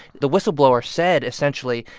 the whistleblower said, essentially,